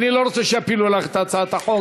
ואני לא רוצה שיפילו לך את הצעת החוק.